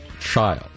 child